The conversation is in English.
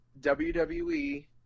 WWE